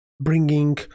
bringing